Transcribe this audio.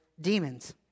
demons